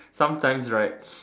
sometimes right